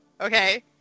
Okay